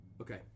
Okay